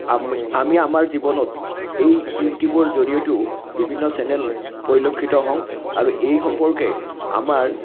আমি আমি আমাৰ জীৱনত এই ইউটিউবৰ জৰিয়তেও বিভিন্ন চেনেল পৰিলক্ষিত হওঁ আৰু এই সম্পৰ্কে আমাৰ